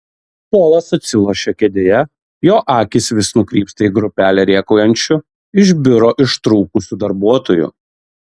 polas atsilošia kėdėje jo akys vis nukrypsta į grupelę rėkaujančių iš biurų ištrūkusių darbuotojų